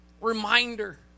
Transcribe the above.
reminder